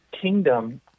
kingdom